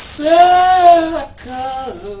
circle